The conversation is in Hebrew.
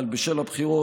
אבל בשל הבחירות,